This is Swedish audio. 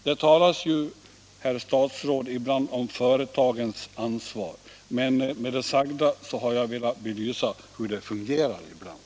Det talas ju, herr statsråd, i olika sammanhang om företagens ansvar, men med det sagda har jag velat belysa hur det fungerar ibland.